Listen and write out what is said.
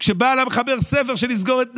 כשבא למחבר הספר שנסגור את נתב"ג.